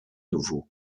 nouveau